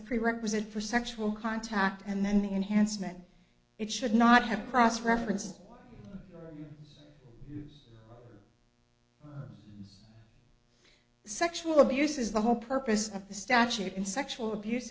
a prerequisite for sexual contact and then the enhancement it should not have cross references sexual abuse is the whole purpose of the statute in sexual abuse